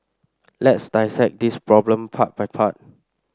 let's dissect this problem part by part